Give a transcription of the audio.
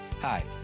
Hi